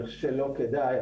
אני חושב שלא כדאי,